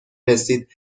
رسید